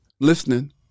listening